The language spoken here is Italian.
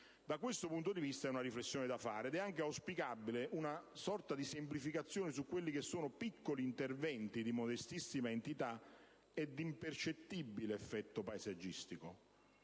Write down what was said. Da questo punto di vista c'è dunque una riflessione da fare ed è anche auspicabile una sorta di semplificazione per quanto riguarda piccoli interventi di modestissima entità e di impercettibile effetto paesaggistico